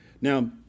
Now